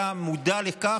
היה מודע לכך